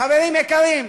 חברים יקרים,